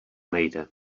nejde